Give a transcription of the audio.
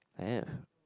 have